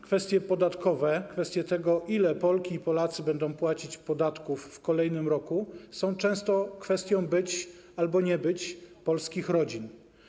Kwestia podatków, kwestia tego, ile Polki i Polacy będą płacić podatków w kolejnym roku, jest często kwestią być albo nie być polskich rodzin.